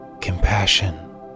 compassion